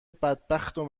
بدبختو